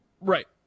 right